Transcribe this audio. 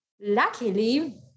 Luckily